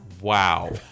wow